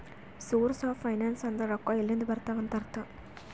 source of finance ಅಂದುರ್ ರೊಕ್ಕಾ ಎಲ್ಲಿಂದ್ ಬರ್ತಾವ್ ಅಂತ್ ಅರ್ಥ